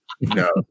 no